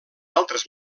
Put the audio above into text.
altres